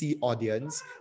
audience